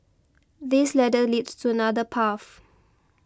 this ladder leads to another path